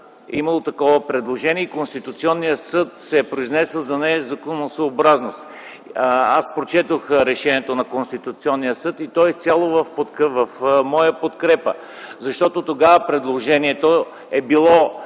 имало такова предложение и Конституционният съд се е произнесъл за незаконосъобразност. Аз прочетох решението на Конституционния съд и то е изцяло в моя подкрепа, защото тогава предложението е било